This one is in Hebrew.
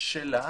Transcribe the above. שלה